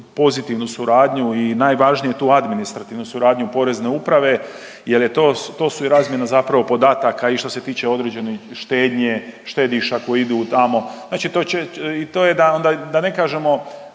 pozitivnu suradnju i najvažnije je tu administrativnu suradnju Porezne uprave, jer je to to su i razmjena zapravo podataka i što se tiče određene štednje štediša koji idu tamo. Znači to je onda da ne kažemo,